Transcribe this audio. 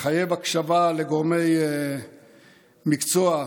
מחייב הקשבה לגורמי מקצוע,